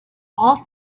all